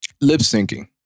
lip-syncing